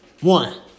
One